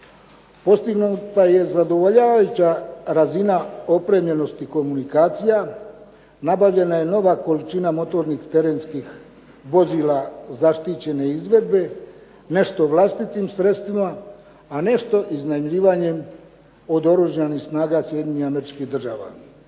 Postignuta je zadovoljavajuća razina opremljenosti komunikacija, nabavljena je nova količina motornih terenskih vozila zaštićene izvedbe, nešto vlastitim sredstvima, a nešto iznajmljivanjem od Oružanih snaga Sjedinjenih Američkih Država.